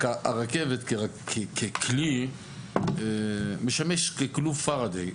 הרכבת ככלי משמש ככלוב פאראדיי.